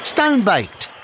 Stone-baked